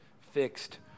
fixed